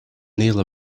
neal